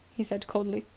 he said coldly.